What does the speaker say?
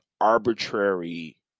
arbitrary